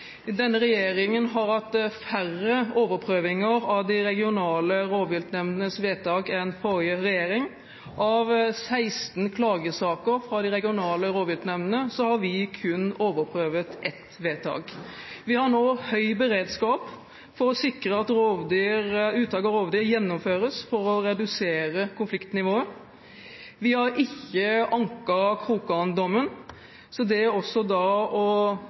Denne regjeringen har hatt færre overprøvinger av de regionale rovviltnemndenes vedtak enn forrige regjering. Av 16 klagesaker fra de regionale rovviltnemndene har vi kun overprøvd ett vedtak. Vi har nå høy beredskap for å sikre at uttak av rovdyr gjennomføres for å redusere konfliktnivået. Vi har ikke anket Krokan-dommen, så det også å vurdere andre tapsårsaker enn rovvilt er